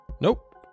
Nope